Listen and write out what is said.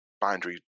boundary